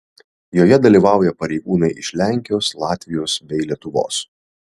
joje dalyvauja pareigūnai iš lenkijos latvijos bei lietuvos